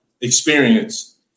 experience